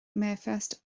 mayfest